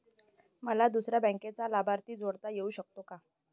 मला दुसऱ्या बँकेचा लाभार्थी जोडता येऊ शकतो का?